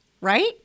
right